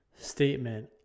statement